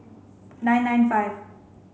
nine nine five